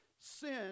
Sin